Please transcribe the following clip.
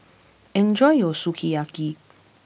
enjoy your Sukiyaki